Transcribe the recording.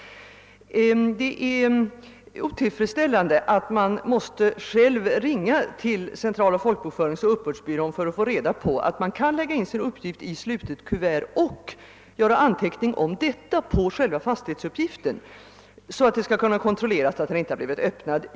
Det är otillfredsställande att man själv måste ringa till centrala folkbokföringsoch uppbördsbyrån för att få reda på att man kan lämna sin uppgift i slutet kuvert och göra anteckningar om detta på själva formuläret, så att det skall kunna kontrolleras att kuvertet inte blivit öppnat.